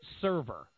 server